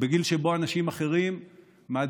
בגיל שבו אנשים אחרים מעדיפים,